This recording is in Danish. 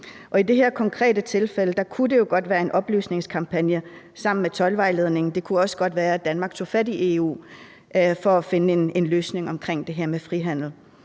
i det her konkrete tilfælde kunne det jo godt være en oplysningskampagne sammen med toldvejledning. Det kunne også godt være, at Danmark tog fat i EU for at finde en løsning på det